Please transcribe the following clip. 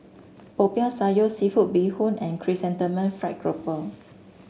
Popiah Sayur seafood Bee Hoon and Chrysanthemum Fried Grouper